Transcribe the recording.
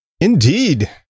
Indeed